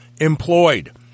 employed